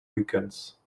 weekends